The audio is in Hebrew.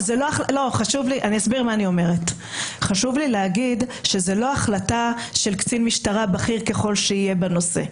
חשוב לי להגיד שזה לא החלטה של קצין משטרה בכיר ככל שיהיה בנושא.